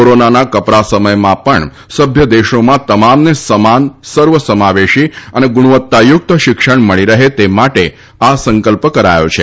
કોરોનાના કપરા સમયમાં પણ સભ્ય દેશોમાં તમામને સમાન સર્વસમાવેશી અને ગુણવત્તાયુકત શિક્ષણ મળી રહે તે માટે આ સંકલ્પ કરાયો છે